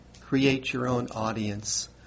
create-your-own-audience